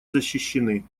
защищены